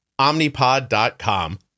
omnipod.com